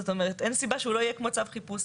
זאת אומרת, אין סיבה שהוא לא יהיה כמו צו חיפוש